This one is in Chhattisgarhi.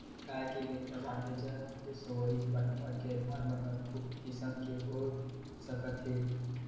गाय के घेंच म बांधे जाय वाले सोहई बनावट के आधार म कतको किसम के हो सकत हे